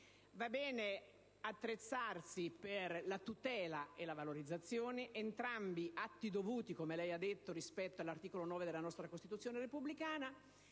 va bene attrezzarsi per la tutela e la valorizzazione, entrambi atti dovuti, come lei ha detto, rispetto all'articolo 9 della nostra Costituzione repubblicana;